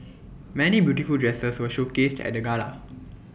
many beautiful dresses were showcased at the gala